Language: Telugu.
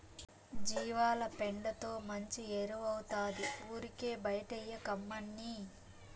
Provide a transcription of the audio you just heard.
జీవాల పెండతో మంచి ఎరువౌతాది ఊరికే బైటేయకమ్మన్నీ